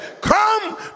come